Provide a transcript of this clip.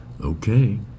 Okay